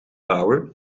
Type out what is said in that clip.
power